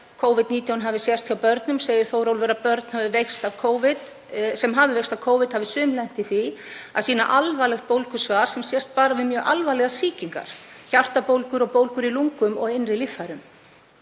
Covid-19 hafi sést hjá börnum segir Þórólfur að börn sem hafi veikst af Covid-19 hafi sum lent í því að sýna alvarlegt bólgusvar sem sést bara við mjög alvarlegar sýkingar, hjartabólgur og bólgur í lungum og innri líffærum.